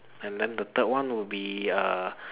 and then the third one would be err